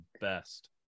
best